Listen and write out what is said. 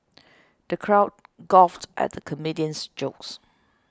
the crowd guffawed at the comedian's jokes